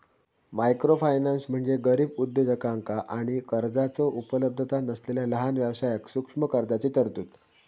microfinance म्हणजे गरीब उद्योजकांका आणि कर्जाचो उपलब्धता नसलेला लहान व्यवसायांक सूक्ष्म कर्जाची तरतूद